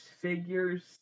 figures